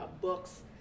books